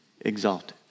exalted